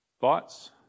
Thoughts